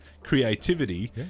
creativity